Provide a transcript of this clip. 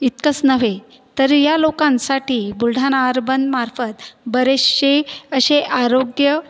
इतकंच नव्हे तर या लोकांसाठी बुलढाना अर्बनमार्फत बरेचसे असे आरोग्य